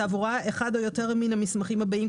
התעבורה אחד או יותר מן המסמכים הבאים,